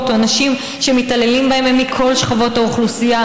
או הנשים שמתעללים בהן הן מכל שכבות האוכלוסייה,